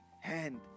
hand